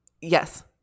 Yes